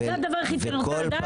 זה הדבר היחיד שאני רוצה לדעת.